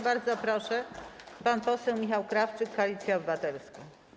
Bardzo proszę, pan poseł Michał Krawczyk, Koalicja Obywatelska.